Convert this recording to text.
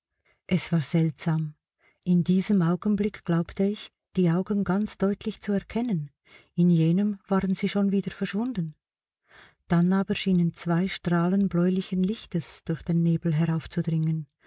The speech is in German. es war seltsam in diesem augenblick glaubte ich die augen ganz deutlich zu erkennen in jenem waren sie schon wieder verschwunden dann aber schienen zwei strahlen bläulichen lichtes durch den nebel heraufzudringen